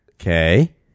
Okay